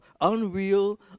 unreal